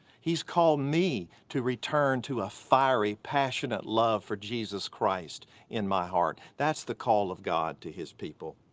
he's called me to return to a fiery, passionate love for jesus christ in my heart. that's the call of god to his people.